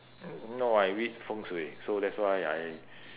no I read feng shui so that's why I